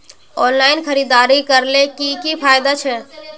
Online खरीदारी करले की की फायदा छे?